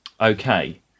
Okay